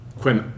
quem